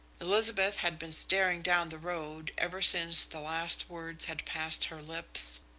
elizabeth had been staring down the road ever since the last words had passed her lips.